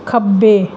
ਖੱਬੇ